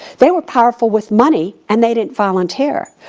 they were powerful with money, and they didn't volunteer.